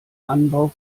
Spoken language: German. anbau